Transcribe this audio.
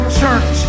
church